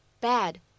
bad